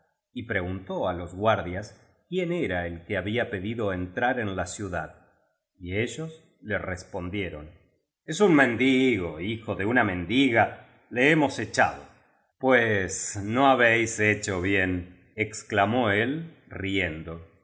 y preguntó á los guardias quién era el que había pedido entrar en la ciudad y ellos le respondieron es un mendigo hijo de una mendiga le hemos echado pues no habéis hecho bienexclamó él riendo